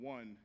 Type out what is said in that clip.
One